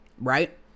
Right